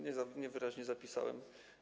Niewyraźnie zapisałem.